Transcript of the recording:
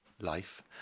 life